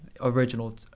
original